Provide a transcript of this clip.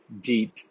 deep